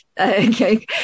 Okay